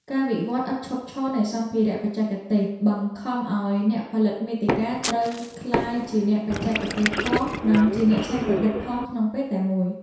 ការវិវត្តឥតឈប់ឈរនៃសម្ភារៈបច្ចេកទេស បង្ខំឱ្យអ្នកផលិតមាតិកាត្រូវក្លាយជាអ្នកបច្ចេកទេសផង និងជាអ្នកច្នៃប្រឌិតផងក្នុងពេលតែមួយ។